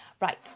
Right